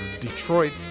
Detroit